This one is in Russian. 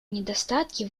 недостатки